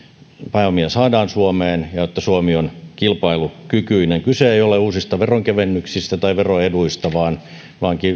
pääomia saadaan suomeen ja että suomi on kilpailukykyinen kyse ei ole uusista veronkevennyksistä tai veroeduista vaan vaan